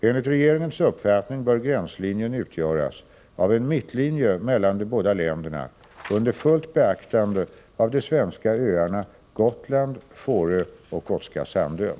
Enligt regeringens uppfattning bör gränslinjen utgöras av en mittlinje mellan de båda länderna under fullt beaktande av de svenska öarna Gotland, Fårö och Gotska sandön.